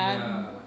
ya